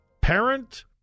Parent